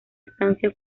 estancia